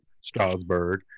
Strasbourg